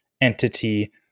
entity